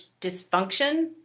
dysfunction